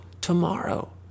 tomorrow